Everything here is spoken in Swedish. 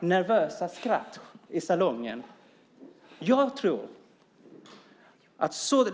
nervösa skratt i salongen.